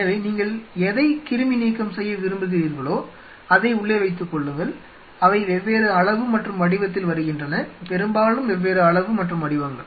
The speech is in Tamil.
எனவே நீங்கள் எதை கிருமி நீக்கம் செய்ய விரும்புகிறீர்களோ அதை உள்ளே வைத்துக்கொள்ளுங்கள் அவை வெவ்வேறு அளவு மற்றும் வடிவத்தில் வருகின்றன பெரும்பாலும் வெவ்வேறு அளவு மற்றும் வடிவங்கள்